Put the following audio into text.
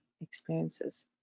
experiences